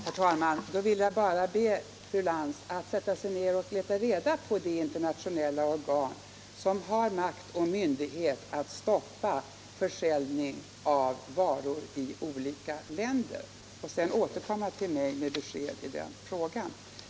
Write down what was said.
Herr talman! Då vill jag bara be fru Lantz att sätta sig ned och leta rätt på det internationella organ som har makt och myndighet att stoppa försäljning av varor i olika länder och sedan återkomma till mig med besked i den frågan.